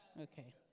Okay